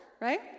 right